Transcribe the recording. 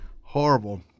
Horrible